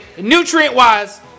nutrient-wise